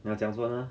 拿奖出来呢